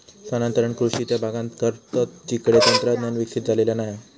स्थानांतरण कृषि त्या भागांत करतत जिकडे तंत्रज्ञान विकसित झालेला नाय हा